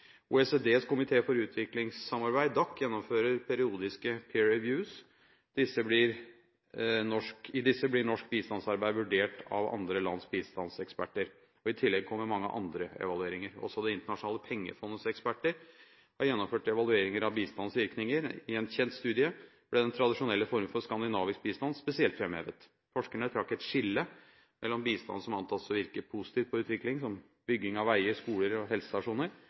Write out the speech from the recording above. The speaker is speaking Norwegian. OECDs komité for utviklingssamarbeid, DAC, gjennomfører periodiske «peer reviews». I disse blir norsk bistandsarbeid vurdert av andre lands bistandseksperter. I tillegg kommer mange andre evalueringer. Også Det internasjonale pengefondets eksperter har gjennomført evalueringer av bistandens virkninger. I en kjent studie ble den tradisjonelle formen for skandinavisk bistand spesielt framhevet. Forskerne trakk et skille mellom bistand som antas å virke positivt på utvikling, slik som bygging av veier, skoler og helsestasjoner,